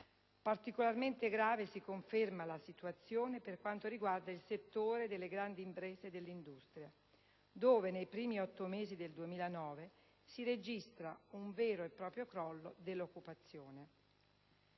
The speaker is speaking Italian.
Particolarmente grave si conferma la situazione per quanto riguarda il settore delle grandi imprese dell'industria, dove nei primi otto mesi del 2009 si registra un vero e proprio crollo dell'occupazione.